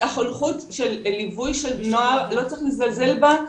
החונכות של ליווי של נוער לא צריך לזלזל בה,